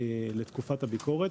לתקופת הביקורת.